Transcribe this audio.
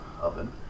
oven